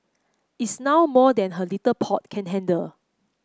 it's now more than her little pot can handle